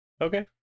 Okay